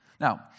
Now